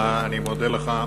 אני מודה לך.